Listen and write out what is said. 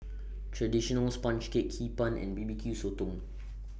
Traditional Sponge Cake Hee Pan and B B Q Sotong